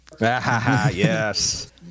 Yes